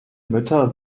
mütter